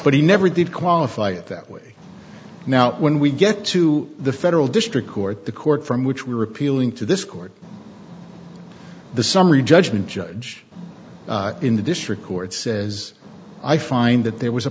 but he never did qualify it that way now when we get to the federal district court the court from which we are appealing to this court the summary judgment judge in the district court says i find that there was a